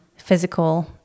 physical